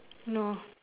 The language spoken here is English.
no